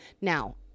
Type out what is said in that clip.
Now